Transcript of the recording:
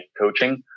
coaching